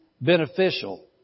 beneficial